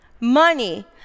money